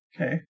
Okay